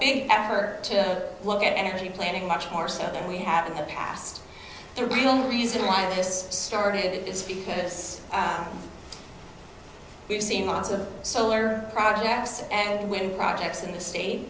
big effort to look at energy planning much more stuff than we have in the past the real reason why this started it's because we've seen lots of solar projects and wind projects in the state